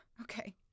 Okay